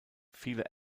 viele